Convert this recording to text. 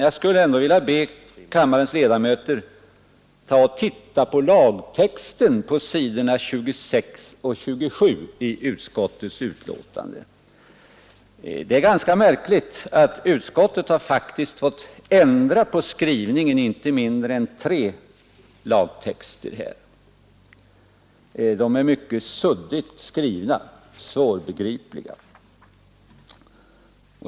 Jag vill be kammarens ledamöter att se på lagtexterna på s. 26 och 27 i utskottets betänkande. Utskottet har märkligt nog föreslagit en ändring av skrivningen i tre paragrafer. Paragraferna är mycket suddigt skrivna och svårbegripliga.